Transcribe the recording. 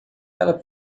ela